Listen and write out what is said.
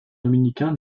dominicain